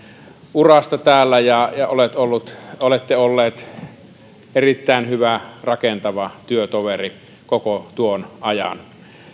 urasta täällä olette ollut erittäin hyvä rakentava työtoveri koko tuon ajan